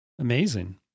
Amazing